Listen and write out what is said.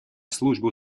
службу